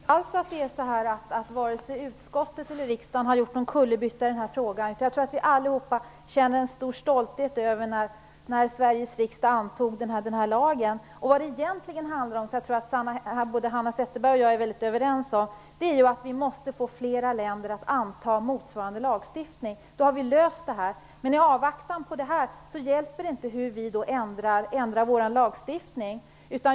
Herr talman! Jag tror inte att vare sig utskottet eller riksdagen har gjort någon kullerbytta i denna fråga. Jag tror att vi alla känner en stor stolthet över att Sveriges riksdag antog denna lag. Vad det egentligen handlar om, det tror jag att Hanna Zetterberg och jag är väldigt överens om, är att vi måste få fler länder att anta motsvarande lagstiftning. Då har vi löst problemet. Men i avvaktan på det, hjälper det inte att vi ändrar vår lagstiftning.